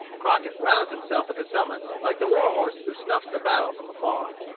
crockett roused himself at the summons, like the war-horse who snuffs the battle from afar.